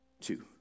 two